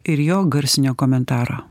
ir jo garsinio komentaro